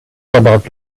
about